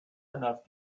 enough